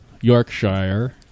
Yorkshire